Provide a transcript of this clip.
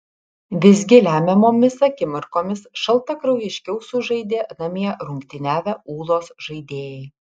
visgi lemiamomis akimirkomis šaltakraujiškiau sužaidė namie rungtyniavę ūlos žaidėjai